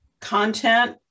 content